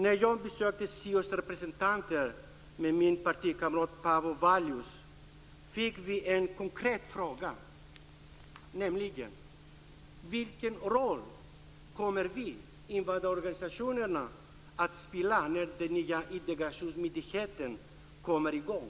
När jag besökte SIOS representanter med min partikamrat Paavo Vallius fick jag och han en konkret fråga, nämligen: Vilken roll kommer vi, alltså invandrarorganisationerna, att spela när den nya integrationsmyndigheten kommer i gång?